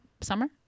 summer